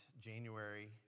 January